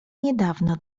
niedawno